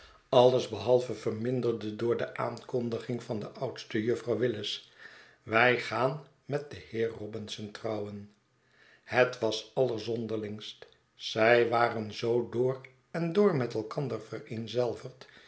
alles behalve verminderde door de aankondiging van de oudste juffrouw willis wij gaan met den heer robinson trouwen het was allerzonderlingst zij waren zoo door en door met elkander vereenzelvigd